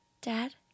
Dad